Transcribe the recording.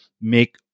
make